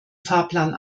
fahrplan